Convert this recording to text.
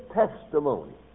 testimony